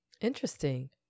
Interesting